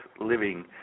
living